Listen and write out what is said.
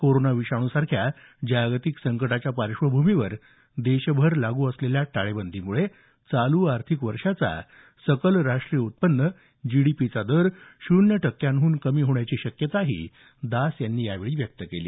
corona विषाणू सारख्या जागतिक संकटाच्या पार्श्वभूमीवर देशभर लागू असलेल्या टाळेबंदीमुळे चालू आर्थिक वर्षाचा सकल राष्ट्रीय उत्पन जीडीपीचा दर शून्य टक्क्याहून कमी होण्याची शक्यताही दास यांनी यावेळी व्यक्त केली